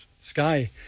Sky